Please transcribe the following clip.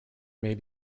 may